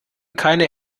keine